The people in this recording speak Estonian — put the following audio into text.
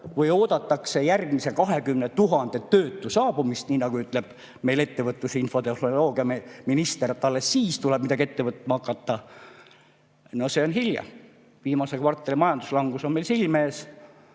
kui oodatakse järgmise 20 000 töötu saabumist – nii nagu ütleb meie ettevõtlus‑ ja infotehnoloogiaminister, et alles siis tuleb midagi ette võtma hakata –, no siis on juba hilja. Viimase kvartali majanduslangus on meil silme